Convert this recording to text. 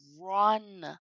run